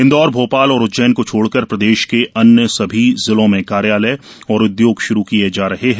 इंदौर भोपाल और उज्जैन को छोड़कर प्रदेश के अन्य सभी जिलों में कार्यालय और उद्योग शुरू किए जा रहे हैं